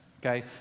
okay